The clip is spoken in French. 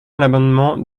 l’amendement